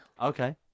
Okay